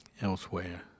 Elsewhere